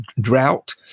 drought